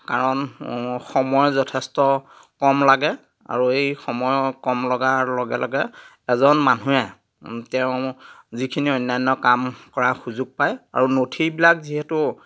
কাৰণ সময় যথেষ্ট কম লাগে আৰু এই সময়ৰ কম লগাৰ লগে লগে এজন মানুহে তেওঁ যিখিনি অন্যান্য কাম কৰা সুযোগ পায় আৰু নথিবিলাক যিহেতু